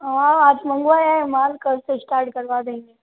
हाँ आज मंगवाया है माल कल से स्टार्ट करवा देंगे